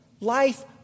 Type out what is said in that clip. Life